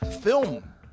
film